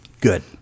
Good